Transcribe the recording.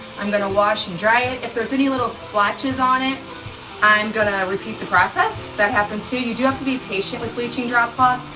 i'm gonna wash and dry it. if there's any little splotches on it i'm gonna repeat the process. that happens too. you do have to be patient with bleaching drop um